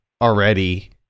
already